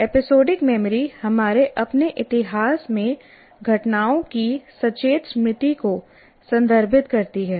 episodic memory हमारे अपने इतिहास में घटनाओं की सचेत स्मृति को संदर्भित करती है